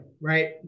right